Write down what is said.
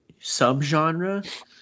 subgenre